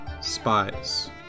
Spies